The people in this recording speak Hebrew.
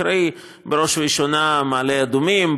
קרי בראש וראשונה מעלה אדומים,